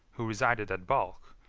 who resided at balch,